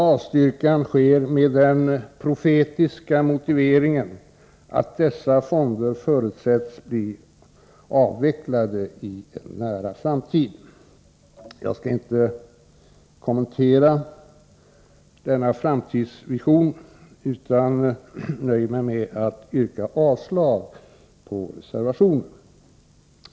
Avstyrkan sker med den profetiska motiveringen att dessa fonder förutsätts bli avvecklade i en nära framtid. Jag skall inte kommentera denna framtidsvision, utan nöjer mig med att yrka avslag på reservationen.